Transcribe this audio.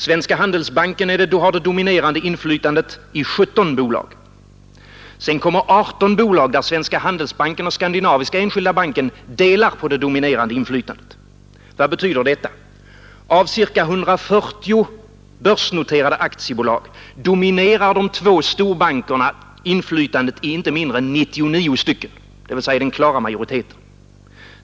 Svenska handelsbanken har det dominerande inflytandet i 17 bolag. Sedan kommer 18 bolag där Svenska handelsbanken och Skandinaviska enskilda banken delar på det dominerande inflytandet. Vad betyder detta? Av ca 140 börsnoterade aktiebolag dominerar de två storbankerna inflytandet i inte mindre än 99 stycken, dvs. den klara majoriteten.